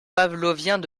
pavloviens